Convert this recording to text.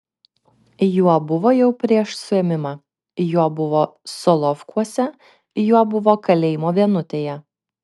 juo buvo jau prieš suėmimą juo buvo solovkuose juo buvo kalėjimo vienutėje